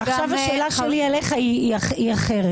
ועכשיו השאלה שלי אליך היא אחרת.